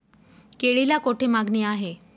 केळीला कोठे मागणी आहे?